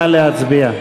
נא להצביע.